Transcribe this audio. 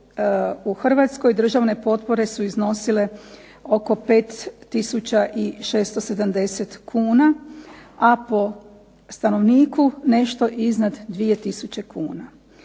u Hrvatskoj državne potpore su iznosile oko 5 tisuća i 670 kuna, a po stanovniku nešto iznad 2 tisuće kuna.